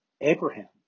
Abraham